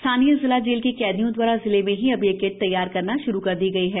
स्थानीय जिला जेल के कैदियों द्वारा जिले में ही अब ये किट्स तैयार करना प्रारंभ की गई है